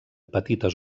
petites